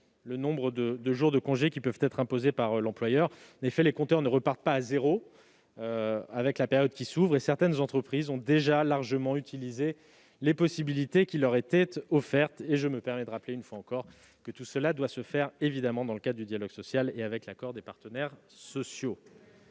le nombre de jours de congé pouvant être imposés par l'employeur. En effet, les compteurs ne repartent pas à zéro avec la période qui s'ouvre, et certaines entreprises ont déjà largement utilisé les possibilités qui leur étaient offertes. Je me permets de rappeler, une fois encore, que tout cela doit se faire, évidemment, dans le cadre du dialogue social et avec l'accord des partenaires sociaux.